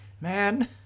man